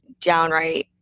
downright